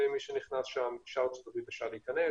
מי שנכנס לשם ולשאר ארצות-הברית אפשר להיכנס